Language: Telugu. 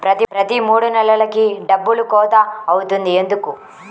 ప్రతి మూడు నెలలకు డబ్బులు కోత అవుతుంది ఎందుకు?